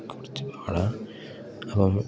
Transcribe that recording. കുറച്ച് പാടാണ് അപ്പം